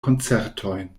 koncertojn